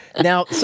Now